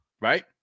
Right